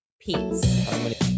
Peace